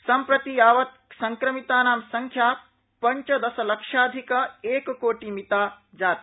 सम्प्रति यावत् संक्रमितानां संख्या पंचदशलक्षाधिक एककोटिमिता जाता